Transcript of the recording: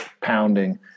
pounding